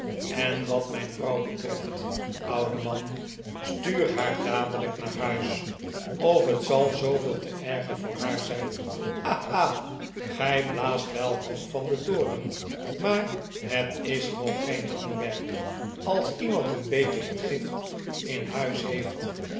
en wat mijn vrouw betreft oude man etuur haar dadelijk naar huis of het zal zooveel te erger voor haar zijn ha ha gij blaast wel hoog van den toren maar het is nog geen hangwerk als iemand een beetje vergift in huis heeft